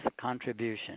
contribution